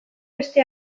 beste